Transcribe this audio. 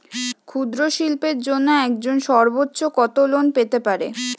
ক্ষুদ্রশিল্পের জন্য একজন সর্বোচ্চ কত লোন পেতে পারে?